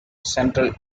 central